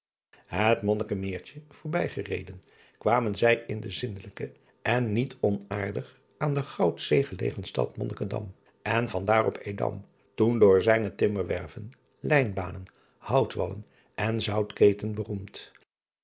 et onnikkenmeertje voorbijgereden kwamen zij in de zindelijke en niet onaardig aan de oud zee gelegen stad onnikkendam en van daar op dam toen door zijne immerwerven ijnbanen outwallen en outketen beroemd